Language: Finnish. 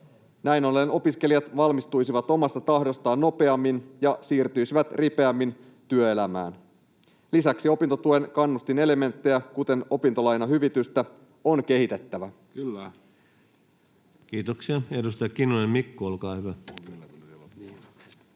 Näin ollen opiskelijat valmistuisivat omasta tahdostaan nopeammin ja siirtyisivät ripeämmin työelämään. Lisäksi opintotuen kannustinelementtejä, kuten opintolainahyvitystä, on kehitettävä. [Mikko Lundén: Kyllä!] Kiitoksia. — Edustaja Kinnunen, Mikko, olkaa hyvä.